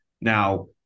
Now